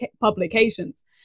publications